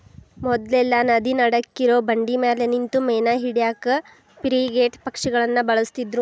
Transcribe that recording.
ಮೊದ್ಲೆಲ್ಲಾ ನದಿ ನಡಕ್ಕಿರೋ ಬಂಡಿಮ್ಯಾಲೆ ನಿಂತು ಮೇನಾ ಹಿಡ್ಯಾಕ ಫ್ರಿಗೇಟ್ ಪಕ್ಷಿಗಳನ್ನ ಬಳಸ್ತಿದ್ರು